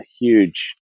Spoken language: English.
huge